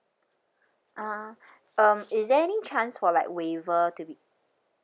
uh um is there any chance for like waiver to be